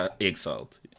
exiled